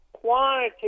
quantity